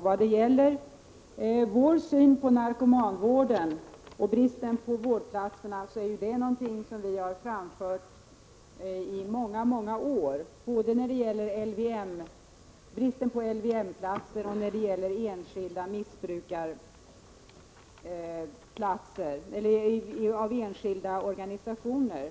Våra synpunkter när det gäller narkomanvården och bristen på vårdplatser har vi framfört i många år — det är fråga om både bristen på LVM-platser och vårdplatser hos enskilda organisationer.